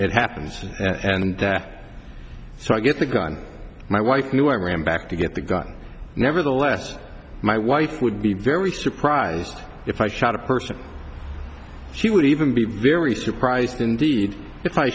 it happens and so i get the gun my wife knew i ran back to get the gun nevertheless my wife would be very surprised if i shot a person she would even be very surprised indeed if i